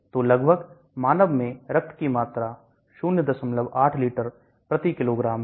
तो लगभग मानव में रक्त की मात्रा 008 लीटर किग्रा है